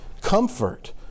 Comfort